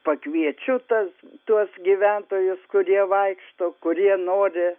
pakviečiu tas tuos gyventojus kurie vaikšto kurie nori